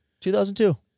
2002